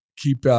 Keep